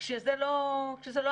כשזה לא הסיפור.